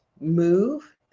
move